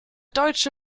deutsche